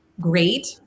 great